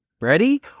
Ready